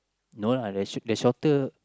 no lah the the shorter